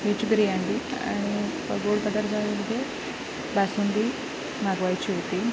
veg biryani आणि गोड पदार्थामध्ये बासुंदी मागवायची होती